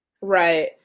right